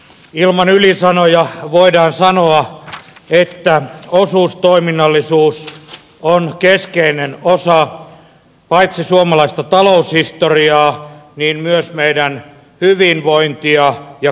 ilman ylisanoja voidaan sanoa että osuustoiminnallisuus on keskeinen osa paitsi suomalaista taloushistoriaa myös meidän hyvinvointia ja kulttuurihistoriaa